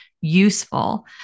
useful